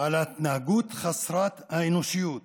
על ההתנהגות חסרת האנושיות